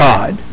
God